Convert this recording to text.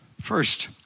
First